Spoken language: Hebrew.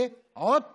כי עוד פעם,